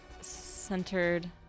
centered